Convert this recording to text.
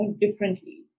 differently